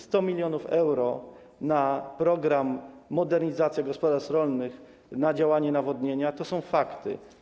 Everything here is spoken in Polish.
100 mln euro na program modernizacji gospodarstw rolnych, na działanie: Nawodnienia, to są fakty.